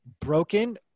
broken